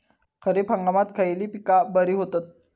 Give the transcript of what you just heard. खरीप हंगामात खयली पीका बरी होतत?